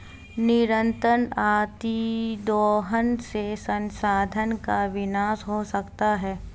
निरंतर अतिदोहन से संसाधन का विनाश हो सकता है